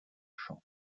champ